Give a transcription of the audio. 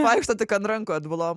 vaikšto tik ant rankų atbulom